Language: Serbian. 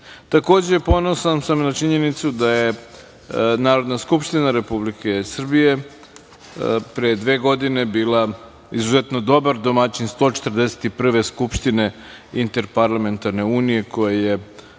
ponosan sam na činjenicu da je Narodna skupština Republike Srbije pre dve godine bila izuzetno dobar domaćin 141. Skupštine Interparlamentarne unije, koja je